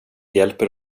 hjälper